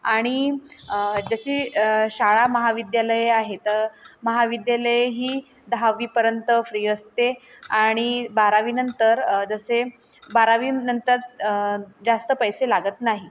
आणि जशी शाळा महाविद्यालये आहेत तर महाविद्यालये ही दहावीपर्यंत फ्री असते आणि बारावीनंतर जसे बारावीनंतर जास्त पैसे लागत नाही